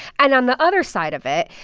and on the other side of it,